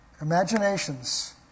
Imaginations